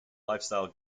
lifestyle